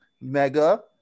Mega